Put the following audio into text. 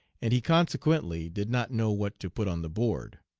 and he, consequently, did not know what to put on the board.